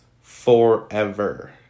forever